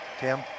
Tim